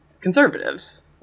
conservatives